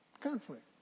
conflict